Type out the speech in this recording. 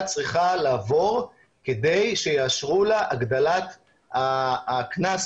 צריכה לעבור כדי שיאשרו לה הגדת הקנס,